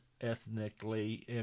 ethnically